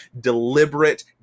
deliberate